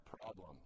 problem